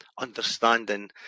understanding